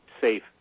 safe